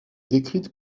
décrite